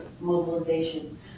mobilization